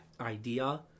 idea